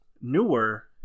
newer